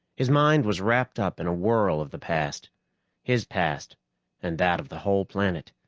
his mind was wrapped up in a whirl of the past his past and that of the whole planet.